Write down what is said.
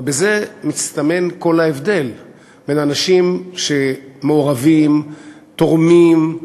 בזה מסתמן כל ההבדל בין אנשים שמעורבים, תורמים,